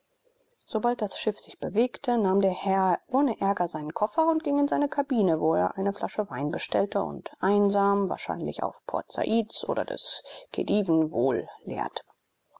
sobald das schiff sich bewegte nahm der herr ohne ärger seinen koffer und ging in seine kabine wo er eine flasche wein bestellte und einsam wahrscheinlich auf port saids oder des khediven